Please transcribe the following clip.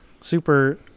Super